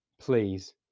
please